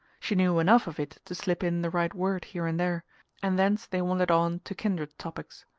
she knew enough of it to slip in the right word here and there and thence they wandered on to kindred topics.